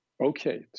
okay